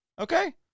Okay